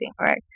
right